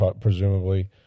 presumably